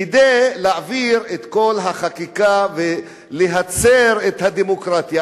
כדי להעביר את כל החקיקה ולהצר את הדמוקרטיה,